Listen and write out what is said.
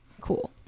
Cool